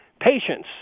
patience